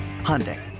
Hyundai